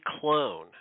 clone